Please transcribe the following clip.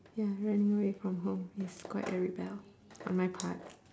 ya running away from home is quite a rebel on my part